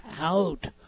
out